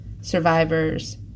survivors